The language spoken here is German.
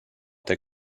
der